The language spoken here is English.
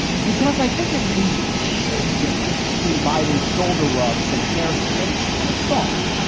because i think there's a huge difference between biden's shoulder rubs and hair sniffs and assault,